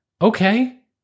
okay